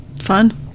fun